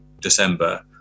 December